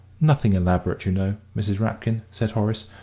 nothing elaborate, you know, mrs. rapkin, said horace,